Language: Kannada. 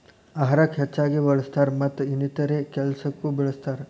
ಅಹಾರಕ್ಕ ಹೆಚ್ಚಾಗಿ ಬಳ್ಸತಾರ ಮತ್ತ ಇನ್ನಿತರೆ ಕೆಲಸಕ್ಕು ಬಳ್ಸತಾರ